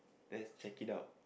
let's check it out